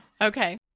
Okay